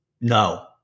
no